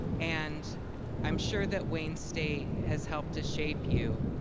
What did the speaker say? and i'm sure that wayne state has helped to shape you.